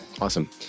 Awesome